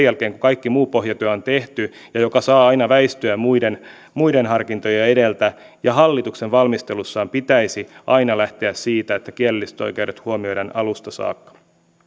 jälkeen kun kaikki muu pohjatyö on tehty ja joka saa aina väistyä muiden muiden harkintojen edeltä ja hallituksen valmistelussaan pitäisi aina lähteä siitä että kielelliset oikeudet huomioidaan alusta saakka